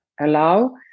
allow